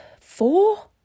Four